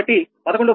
కాబట్టి 11